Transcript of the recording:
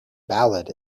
ballad